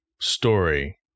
story